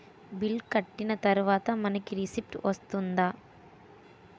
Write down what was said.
Bill కట్టిన తర్వాత మనకి రిసీప్ట్ వస్తుందా?